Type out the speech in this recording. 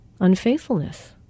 Unfaithfulness